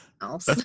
else